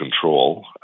control